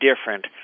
different